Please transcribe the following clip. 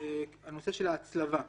הנושא של ההצלבה.